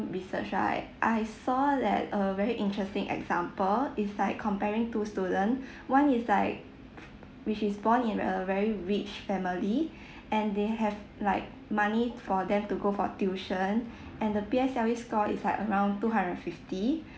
research right I saw that a very interesting example is like comparing to student one is like which is born in a very rich family and they have like money for them to go for tuition and the P_S_L_E score is like around two hundred fifty